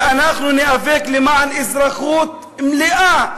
ואנחנו ניאבק למען אזרחות מלאה,